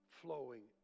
flowing